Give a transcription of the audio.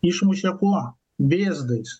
išmušė kuo vėzdais